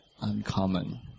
uncommon